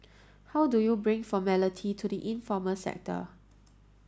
how do you bring formality to the informal sector